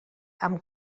amb